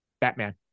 Batman